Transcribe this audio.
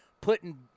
putting